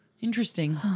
interesting